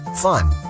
fun